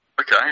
okay